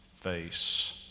face